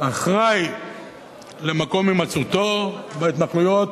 אחראי למקום הימצאותו בהתנחלויות,